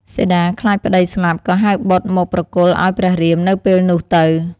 សីតាខ្លាចប្តីស្លាប់ ក៏ហៅបុត្រមកប្រគល់ឱ្យព្រះរាមនៅពេលនោះទៅ។